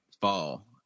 fall